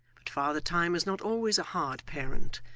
but father time is not always a hard parent,